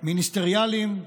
מיניסטריאליים,